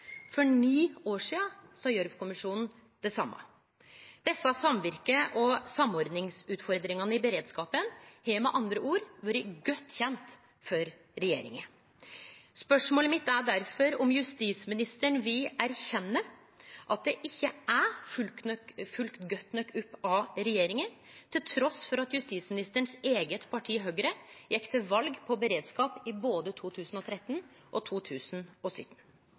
For ni år sidan sa Gjørv-kommisjonen det same. Desse samvirke- og samordningsutfordringane i beredskapen har med andre ord vore godt kjende for regjeringa. Spørsmålet mitt er difor om justisministeren vil erkjenne at det ikkje er følgt godt nok opp av regjeringa, trass i at justisministeren sitt eige parti, Høgre, gjekk til val på beredskap i både 2013 og 2017.